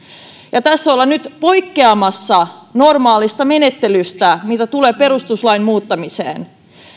tässä ollaan nyt poikkeamassa normaalista menettelystä mitä tulee perustuslain muuttamiseen